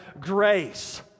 grace